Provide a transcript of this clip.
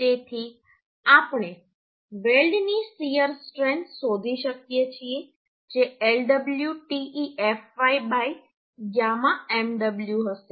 તેથી આપણે વેલ્ડની શીયર સ્ટ્રેન્થ શોધી શકીએ છીએ જે Lw te fy γ mw હશે